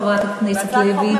חברת הכנסת לוי,